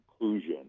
inclusion